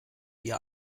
ihr